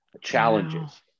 challenges